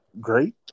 great